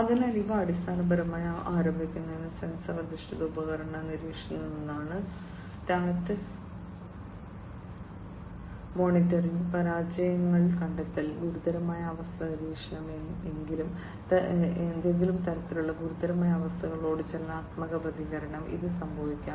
അതിനാൽ ഇവ അടിസ്ഥാനപരമായി അവ ആരംഭിക്കുന്നത് സെൻസർ അധിഷ്ഠിത ഉപകരണ നിരീക്ഷണത്തിൽ നിന്നാണ് സ്റ്റാറ്റസ് മോണിറ്ററിംഗ് പരാജയങ്ങൾ കണ്ടെത്തൽ ഗുരുതരമായ അവസ്ഥ നിരീക്ഷണം ഏതെങ്കിലും തരത്തിലുള്ള ഗുരുതരമായ അവസ്ഥകളോടുള്ള ചലനാത്മക പ്രതികരണം ഇത് സംഭവിക്കാം